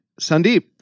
Sandeep